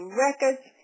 records